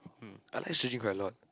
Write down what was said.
um I like Shi-Jin quite a lot